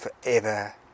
forever